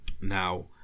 now